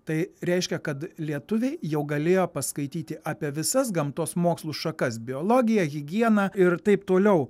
tai reiškia kad lietuviai jau galėjo paskaityti apie visas gamtos mokslų šakas biologiją higieną ir taip toliau